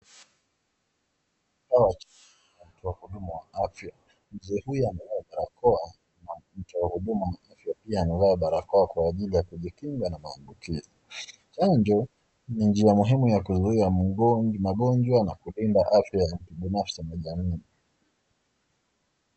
Hawa ni watu wa huduma wa afya. Mzee huyu amevaa barakoa na mtu wa huduma wa afya pia amevaa barakoa kwa ajili ya kujikinga na maambukizi. Chanjo ni njia muhimu ya kuzuia magonjwa na kulinda afya ya mtu binafsi na jamii.